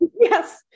Yes